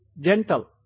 gentle